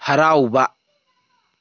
ꯍꯔꯥꯎꯕ